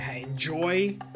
enjoy